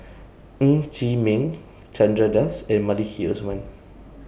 Ng Chee Meng Chandra Das and Maliki Osman